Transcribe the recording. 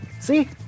see